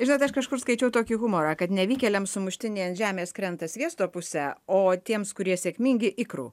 žinot aš kažkur skaičiau tokį humorą kad nevykėliam sumuštiniai ant žemės krenta sviesto puse o tiems kurie sėkmingi ikrų